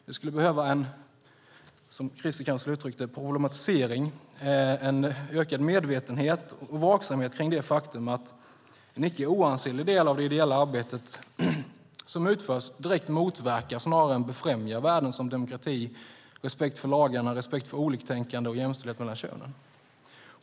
Det skulle därför behövas en, som Christer kanske skulle ha uttryckt det, problematisering, en ökad medvetenhet och vaksamhet kring det faktum att en icke oansenlig del av det ideella arbetet som utförs direkt motverkar snarare än främjar värden som demokrati, respekt för lagarna, respekt för oliktänkande och jämställdhet mellan könen.